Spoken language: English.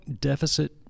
deficit